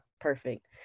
perfect